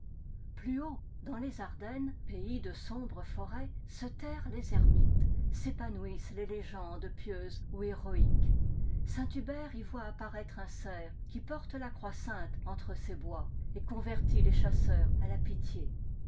plus haut dans les ardennes pays de sombres forêts se terrent les ermites s'épanouissent les légendes pieuses ou héroïques saint hubert y voit apparaître un cerf qui porte la croix sainte entre ses bois et convertit les chasseurs à la pitié